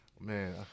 Man